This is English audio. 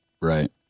Right